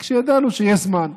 רק שידענו שיש זמן.